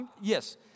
Yes